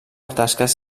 tasques